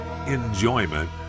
enjoyment